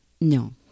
no